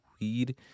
weed